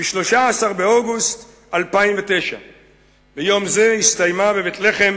ב-13 באוגוסט 2009. ביום זה הסתיימה בבית-לחם